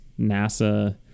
NASA